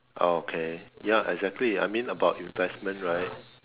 ah okay ya exactly I mean about investment right